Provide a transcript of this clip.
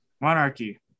Monarchy